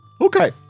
Okay